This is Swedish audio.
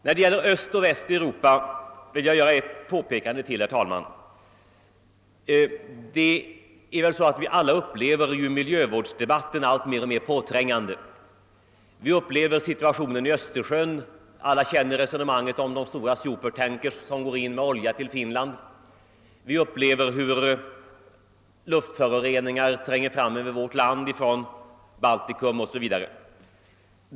När det gäller Öst och Väst i Europa vill jag göra ytterligare ett påpekande. Alla upplever väl miljövårdsdebatten som alltmer påträngande. Vi upplever situationen i Östersjön, alla känner till de supertankers som går med olja till Finland, och vi upplever att luftföroreningar tränger in i vårt land från t.ex. Baltikum.